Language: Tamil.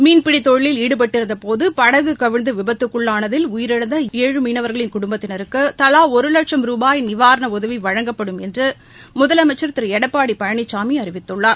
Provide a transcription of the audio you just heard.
மீன்பிடி தொழிலில் ஈடுபட்டிருந்தபோது படகு கவிழ்ந்து விபத்துக்குள்ளானதில் உயிரிழந்த ஏழு மீனவர்களின் குடும்பத்தினருக்கு தலா ஒரு லட்சம் ரூபாய் நிவாரண உதவி வழங்கப்படும் என்று முதலமைச்சர் திரு எடப்பாடி பழனிசாமி அறிவித்துள்ளார்